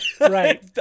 right